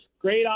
great